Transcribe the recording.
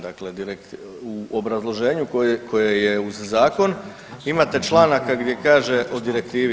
Dakle, u obrazloženju koje je uz zakon imate članaka gdje o direktivi.